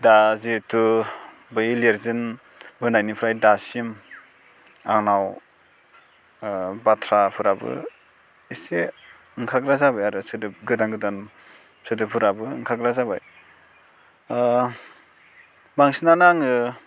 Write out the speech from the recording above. दा जिहेथु बै लिरजेनबोनायनिफ्राय दासिम आंनाव बाथ्राफोराबो एसे ओंखारग्रा जाबाय आरो सोदोब गोदान गोदान सोदोबफोराबो ओंखारग्रा जाबाय बांसिनानो आङो